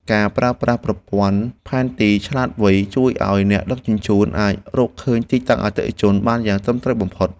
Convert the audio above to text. ការប្រើប្រាស់ប្រព័ន្ធផែនទីឆ្លាតវៃជួយឱ្យអ្នកដឹកជញ្ជូនអាចរកឃើញទីតាំងអតិថិជនបានយ៉ាងត្រឹមត្រូវបំផុត។